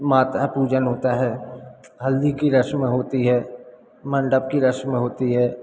माता पूजन होता है हल्दी कि रस्म होती है मंडप कि रस्म होती है